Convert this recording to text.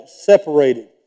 separated